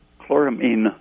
chloramine